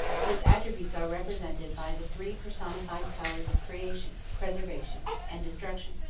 his attributes are represented by the three personified powers of creation, preservation, and destruction,